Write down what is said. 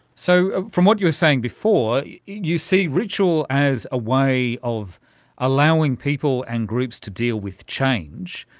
so from what you were saying before, you see ritual as a way of allowing people and groups to deal with change.